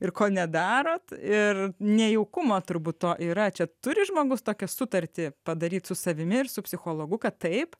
ir ko nedarot ir nejaukumą turbūt to yra čia turi žmogus tokią sutartį padaryt su savimi ir su psichologu kad taip